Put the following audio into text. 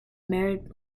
married